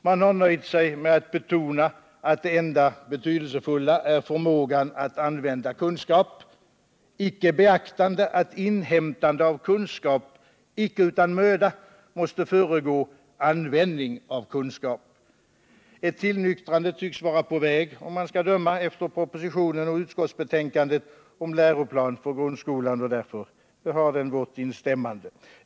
Man har nöjt sig med att betona att det enda betydelsefulla är förmågan att använda kunskap, icke beaktande att inhämtande av kunskap, inte utan möda, måste föregå användning av kunskap. Ett tillnyktrande tycks vara på väg, om man skall döma av propositionen och utskottsbetänkandet om läroplan för grundskolan. Därför ger vi också vårt instämmande.